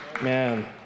man